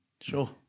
Sure